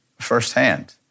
firsthand